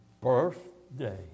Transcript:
birthday